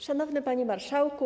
Szanowny Panie Marszałku!